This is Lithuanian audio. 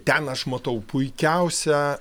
ten aš matau puikiausią